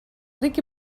ric